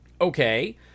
Okay